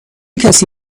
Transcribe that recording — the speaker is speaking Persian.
کسی